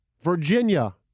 Virginia